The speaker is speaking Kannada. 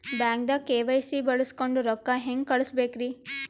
ಬ್ಯಾಂಕ್ದಾಗ ಕೆ.ವೈ.ಸಿ ಬಳಸ್ಕೊಂಡ್ ರೊಕ್ಕ ಹೆಂಗ್ ಕಳಸ್ ಬೇಕ್ರಿ?